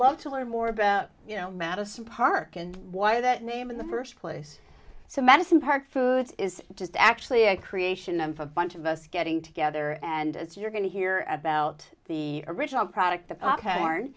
love to learn more about you know madison park and why that name in the first place so madison park food is just actually a creation of a bunch of us getting together and as you're going to hear about the original product the popcorn